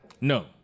No